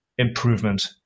Improvement